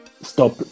Stop